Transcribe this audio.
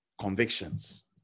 convictions